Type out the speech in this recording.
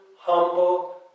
humble